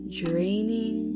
draining